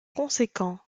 conséquent